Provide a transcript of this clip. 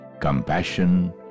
compassion